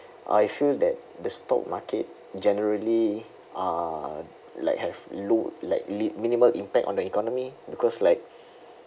I feel that the stock market generally uh like have low like li~ minimal impact on the economy because like